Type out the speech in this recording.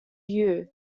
you